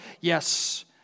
yes